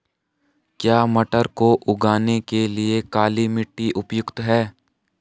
क्या मटर को उगाने के लिए काली मिट्टी उपयुक्त है?